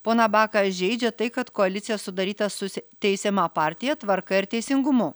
poną baką žeidžia tai kad koalicija sudaryta suse teisiama partija tvarka ir teisingumu